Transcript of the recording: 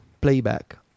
playback